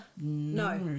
no